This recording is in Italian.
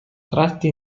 tratti